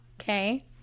Okay